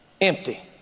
empty